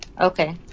Okay